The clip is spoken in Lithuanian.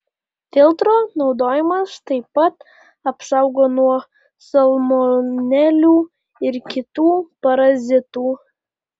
filtro naudojimas taip pat apsaugo nuo salmonelių ir kitų parazitų